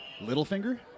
Littlefinger